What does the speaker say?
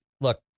look